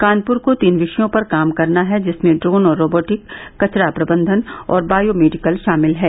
कानपुर को तीन विषयों पर काम करना है जिसमें ड्रोन और रोबोटिक कचरा प्रबंधन और बायोमेडिकल शामिल हैं